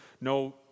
no